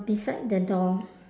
beside the door